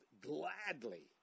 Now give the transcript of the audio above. gladly